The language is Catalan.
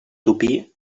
topí